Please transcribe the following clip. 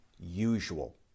usual